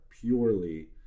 purely